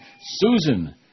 Susan